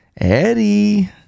Eddie